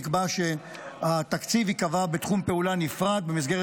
נקבע שהתקציב ייקבע בתחום פעולה נפרד במסגרת